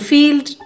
Field